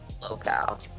locale